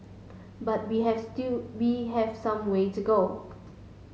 but we have still we have some way to go